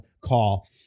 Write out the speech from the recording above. call